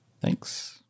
Thanks